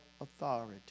authority